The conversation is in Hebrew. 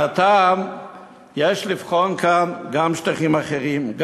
הנה, את רואה, זה חברות.